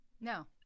No